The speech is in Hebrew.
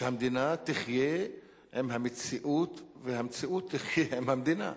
שהמדינה תחיה עם המציאות והמציאות תחיה עם המדינה.